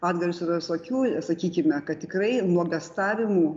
atgarsių yra visokių sakykime kad tikrai nuogąstavimų